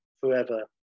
forever